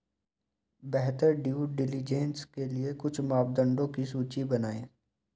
बेहतर due diligence के लिए कुछ मापदंडों की सूची बनाएं?